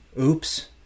oops